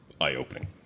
eye-opening